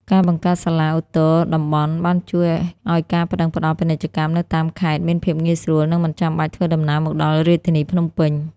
ការបង្កើតសាលាឧទ្ធរណ៍តំបន់ បានជួយឱ្យការប្ដឹងផ្ដល់ពាណិជ្ជកម្មនៅតាមខេត្តមានភាពងាយស្រួល និងមិនចាំបាច់ធ្វើដំណើរមកដល់រាជធានីភ្នំពេញ។